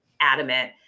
adamant